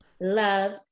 love